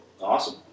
awesome